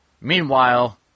Meanwhile